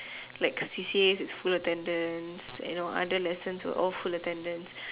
like C_C_A full attendance other lessons were full attendance